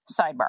Sidebar